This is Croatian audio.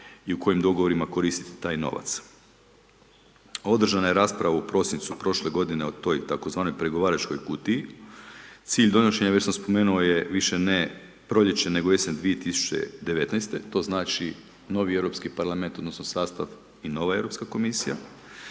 i u kojim dogovorima koristiti taj novac. Održana je rasprava u prosincu prošle godine o toj tzv. pregovaračkoj kutiji. Cilj donošenja, već sam spomenuo, više ne proljeće, nego jesen 2019. to znači, novi Europski parlament, odnosno sastav i nova Europska Komisija.